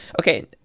okay